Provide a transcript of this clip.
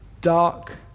dark